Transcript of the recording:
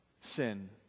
sin